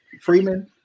Freeman